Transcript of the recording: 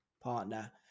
partner